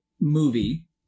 movie